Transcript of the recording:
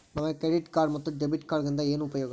ನಮಗೆ credit card ಮತ್ತು debit ಕಾರ್ಡುಗಳಿಂದ ಏನು ಉಪಯೋಗ?